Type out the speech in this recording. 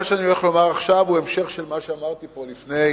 מה שאני הולך לומר עכשיו הוא המשך של מה שאמרתי פה לפני